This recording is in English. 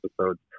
episodes